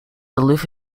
aloof